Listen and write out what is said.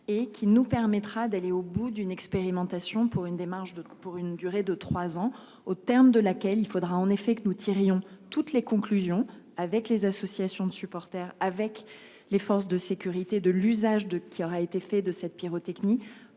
et qui nous permettra d'aller au bout d'une expérimentation pour une démarche de pour une durée de 3 ans, au terme de laquelle il faudra en effet que nous tirions toutes les conclusions avec les associations de supporters avec les forces de sécurité de l'usage de qui aura été fait de cette pyrotechnie